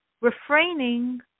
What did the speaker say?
refraining